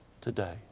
today